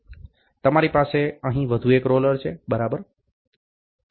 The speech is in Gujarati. તમારી પાસે અહીં એક વધુ રોલર છે બરાબર